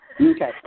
Okay